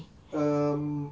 um